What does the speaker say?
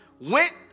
went